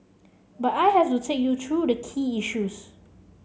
but I have to take you through the key issues